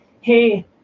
hey